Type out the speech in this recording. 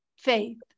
faith